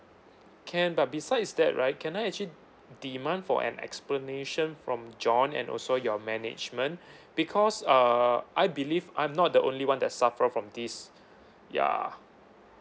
can but besides that right can I actually demand for an explanation from john and also your management because uh I believe I'm not the only one that suffer from this ya